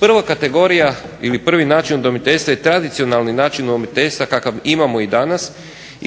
Prvo kategorija ili prvi način udomiteljstva je tradicionalni način udomiteljstva kakav imamo i danas i